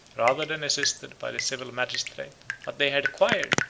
rather than assisted, by the civil magistrate but they had acquired,